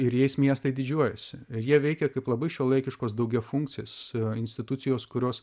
ir jais miestai didžiuojasi jie veikia kaip labai šiuolaikiškos daugiafunkcės institucijos kurios